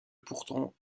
pourtant